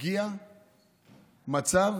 הגיע מצב